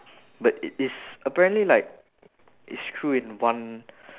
but it is apparently like it's true in one